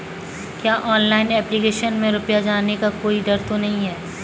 क्या online application में रुपया जाने का कोई डर तो नही है?